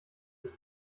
sich